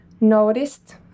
noticed